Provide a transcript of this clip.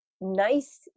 nice